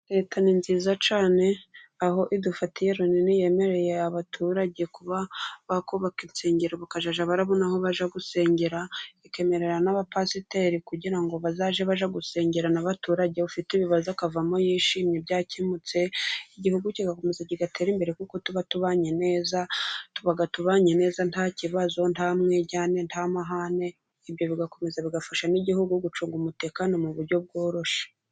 Leta ni nziza cyane aho idufatiye runini, yemereye abaturage kuba bakubaka insengero bakabona naho bajya gusengera, ikemerera n'abapasiteri kugira ngo bazajye bajya gusengera n'abaturage, ufite ibibazo akavamo yishimye byakemutse, igihugu kigakomeza kigatere imbere kuko tuba tubanye neza tubanye neza nta kibazo nta mwijyane nta mahane, ibyo bigakomeza bigafasha n'igihugu gucunga umutekano mu buryo bworoshye.